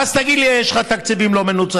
ואז תגיד לי: יש לך תקציבים לא מנוצלים.